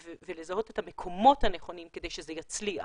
ולזהות את המקומות הנכונים כדי שזה יצליח.